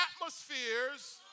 atmospheres